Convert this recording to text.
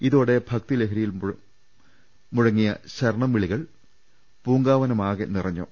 ഇതോടെ ഭക്തിലഹരിയിൽ മുഴങ്ങിയ ശരണം വിളികൾ പൂങ്കാവനമാകെ നിറഞ്ഞു